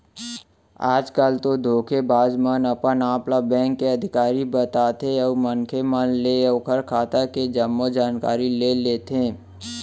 आज कल तो धोखेबाज मन अपन आप ल बेंक के अधिकारी बताथे अउ मनखे मन ले ओखर खाता के जम्मो जानकारी ले लेथे